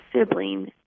sibling